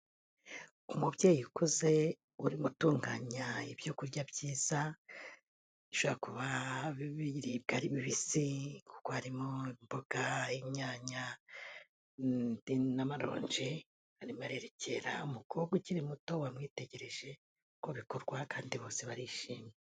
Umubyeyi ukuze uri gutunganya ibyo kurya byiza, bishobora kuba biribwa ari bibisi. Kuko harimo imboga, inyanya n'amaronje. Arimo arerekera umukobwa ukiri muto wamwitegereje uko bikorwa kandi bose barishimye.